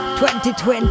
2020